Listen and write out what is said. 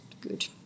good